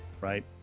right